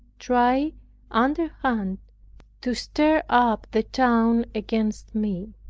tried underhand to stir up the town against me.